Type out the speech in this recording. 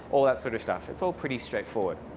all that sort of stuff. it's all pretty straightforward.